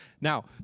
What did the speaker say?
now